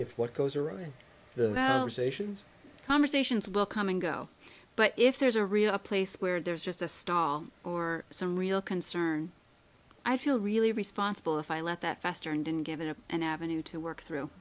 if what goes around the conversations will come and go but if there's a real place where there's just a stall or some real concern i feel really responsible if i let that fester and been given a an avenue to work through